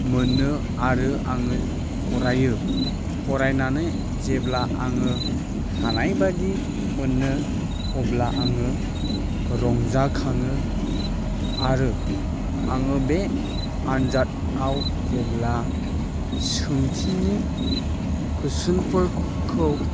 मोनो आरो आङो फरायो फरायनानै जेब्ला आङो हानायबायदि मोनो अब्ला आङो रंजाखाङो आरो आङो बे आन्जादआव जेब्ला सोंथिनि कुइसनफोरखौ